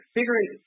Figuring